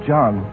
John